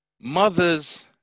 Mothers